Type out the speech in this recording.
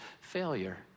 failure